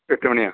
എട്ട് മണിയാണ്